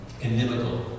inimical